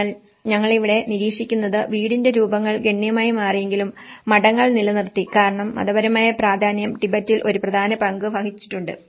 അതിനാൽ ഞങ്ങൾ ഇവിടെ നിരീക്ഷിക്കുന്നത് വീടിന്റെ രൂപങ്ങൾ ഗണ്യമായി മാറിയെങ്കിലും മഠങ്ങൾ നിലനിർത്തി കാരണം മതപരമായ പ്രാധാന്യം ടിബറ്റന്മാരിൽ ഒരു പ്രധാന പങ്ക് വഹിച്ചിട്ടുണ്ട്